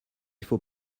faut